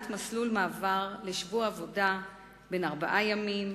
מסלול מעבר לשבוע עבודה בן ארבעה ימים,